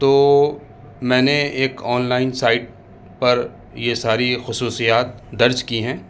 تو میں نے ایک آن لائن سائٹ پر یہ ساری خصوصیات درج کیں ہیں